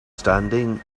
standing